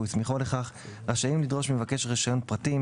הסמיכו לכך רשאים לדרוש ממבקש הרישיון פרטים,